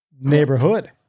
neighborhood